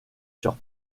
sur